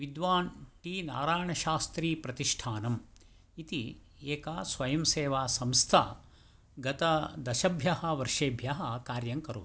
विद्वान् टि नारयणशास्त्री प्रतिष्ठानम् इति एका स्वयं सेवा संस्था गत दशभ्यः वर्षेभ्यः कार्यं करोति